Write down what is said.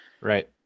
right